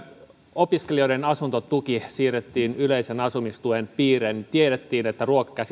opiskelijoiden asuntotuki siirrettiin yleisen asumistuen piiriin tiedettiin että